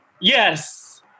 Yes